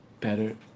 better